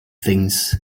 things